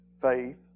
faith